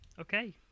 Okay